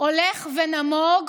הולך ונמוג